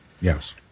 Yes